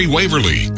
Waverly